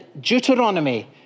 Deuteronomy